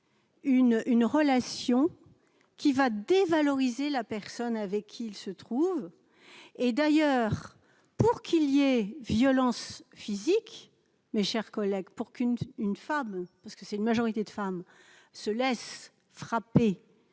une relation qui va dévaloriser la personne avec qui il se trouve et d'ailleurs pour qu'il y ait, violence physique, mes chers collègues, pour qu'une une femme parce que c'est une majorité de femmes se laisse frapper